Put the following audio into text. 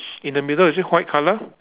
in the middle is it white colour